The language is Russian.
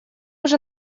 уже